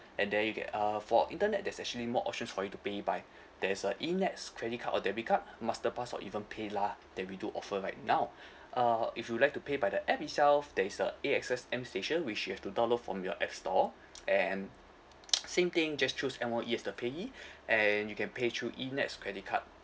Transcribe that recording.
and there you can uh for internet there's actually more options for you to pay by there is uh E NETS credit card or debit card masterpass or even paylah that we do offer right now uh if you'd like to pay by the app itself there is a A_X_S M station which you have to download from your app store and same thing just choose M_O_E as the payee and you can pay through E NETS credit card